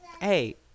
hey